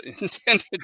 intended